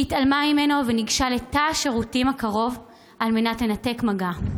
היא התעלמה ממנו וניגשה לתא השירותים הקרוב על מנת לנתק מגע.